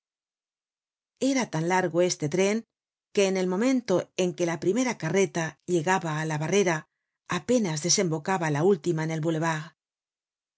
era tan largo este tren que en el momento en que la primera carreta llegaba á la barrera apenas desembocaba la última en el